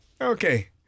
Okay